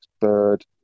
Bird